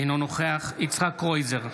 אינו נוכח יצחק קרויזר,